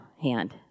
hand